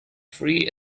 free